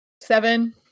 Seven